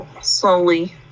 slowly